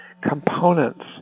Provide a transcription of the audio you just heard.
components